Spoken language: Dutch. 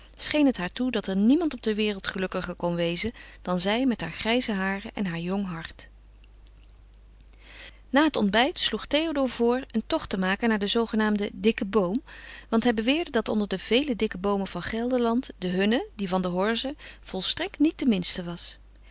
scheen het haar toe dat er niemand op de wereld gelukkiger kon wezen dan zij met hare grijze haren en haar jong hart na het ontbijt sloeg théodore voor een tocht te maken naar den zoogenaamden dikken boom want hij beweerde dat onder de vele dikke boomen van gelderland de hunne die van de horze volstrekt niet de minste was